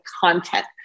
content